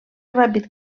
ràpid